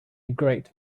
great